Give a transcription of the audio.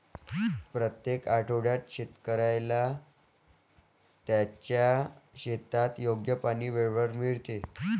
प्रत्येक आठवड्यात शेतकऱ्याला त्याच्या शेतात योग्य पाणी वेळेवर मिळते